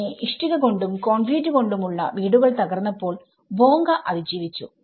അങ്ങനെ ഇഷ്ടിക കൊണ്ടും കോൺക്രീറ്റ് കൊണ്ടും ഉള്ള വീടുകൾ തകർന്നപ്പോൾ ബോങ്ക അതിജീവിച്ചു